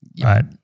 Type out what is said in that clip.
right